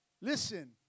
Listen